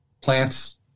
plants